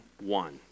one